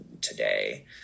today